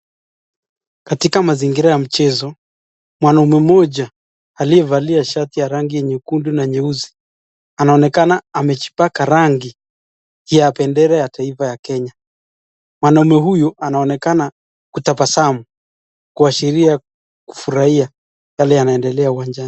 Katika mazingira ya mchezo, mwanaume mmoja aliyevalia shati ya rangi nyekundu na nyeusi anaonekana amejipaka rangi ya bendera ya taifa ya Kenya. Mwanaume huyu anaonekana kutabasamu kuashiria kufurahia yale yanaendelea uwanjani.